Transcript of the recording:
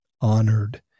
honored